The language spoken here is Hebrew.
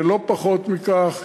ולא פחות מכך,